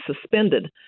suspended